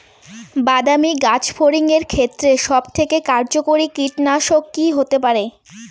বাদামী গাছফড়িঙের ক্ষেত্রে সবথেকে কার্যকরী কীটনাশক কি হতে পারে?